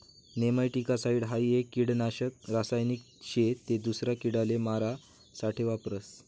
nematicide हाई एक किडानाशक रासायनिक शे ते दूसरा किडाले मारा साठे वापरतस